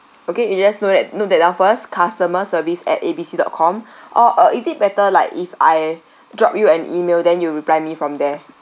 okay you just note that note that down first customer service at A B C dot com or uh is it better like if I drop you an email then you reply me from there